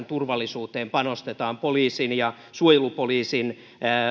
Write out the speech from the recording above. turvallisuuteen panostetaan poliisin ja suojelupoliisin